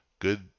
good